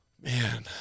Man